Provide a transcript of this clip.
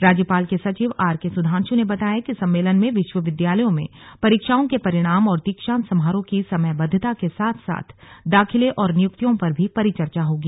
राज्यपाल के सचिव आरके सुधांश् ने बताया कि सम्मेलन में विश्वविद्यालयों में परीक्षाओं के परिणाम और दीक्षांत समारोह की समयबद्धता के साथ साथ दाखिले और नियुक्तियों पर भी परिचर्चा होगी